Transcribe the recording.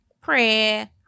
prayer